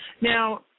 Now